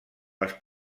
les